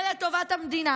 זה לטובת המדינה